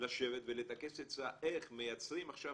לשבת ולטכס עצה איך מייצרים עכשיו